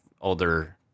older